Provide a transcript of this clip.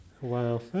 Wow